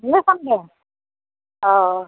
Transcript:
দুয়োখন গ'ল অঁ